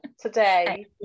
today